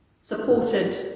supported